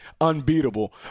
unbeatable